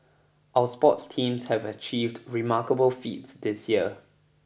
our sports teams have achieved remarkable feats this year